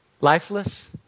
lifeless